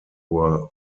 were